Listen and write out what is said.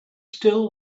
still